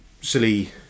silly